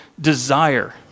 desire